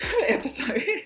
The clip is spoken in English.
episode